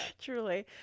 Truly